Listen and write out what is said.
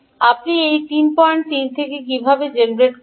আপনি এই 33 থেকে কীভাবে জেনারেট করবেন